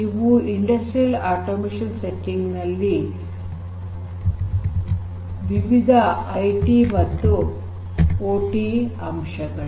ಇವುಗಳು industrial automation setting ನಲ್ಲಿ ವಿವಿಧ ಐಟಿ ಮತ್ತು ಓಟಿ ಅಂಶಗಳು